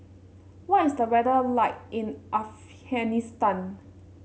what is the weather like in Afghanistan